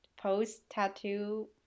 post-tattoo